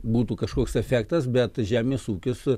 būtų kažkoks efektas bet žemės ūkis